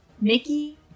Mickey